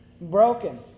Broken